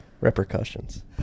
Repercussions